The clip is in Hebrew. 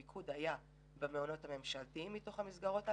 המיקוד היה במעונות הממשלתיים מתוך המסגרות האלו.